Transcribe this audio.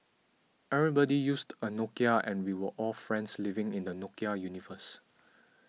everybody used a Nokia and we were all friends living in the Nokia universe